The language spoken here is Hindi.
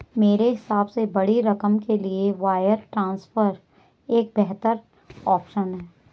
मेरे हिसाब से बड़ी रकम के लिए वायर ट्रांसफर एक बेहतर ऑप्शन है